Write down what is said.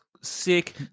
sick